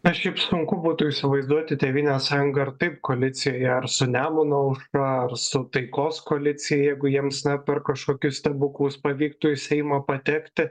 na šiaip sunku būtų įsivaizduoti tėvynės sąjungą ir taip koalicijoje ar su nemuno aušra ar su taikos koalicija jeigu jiems na per kažkokius stebuklus pavyktų į seimą patekti